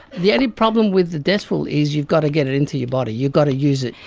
the only problem with the desferal is you've got to get it into your body, you've got to use it.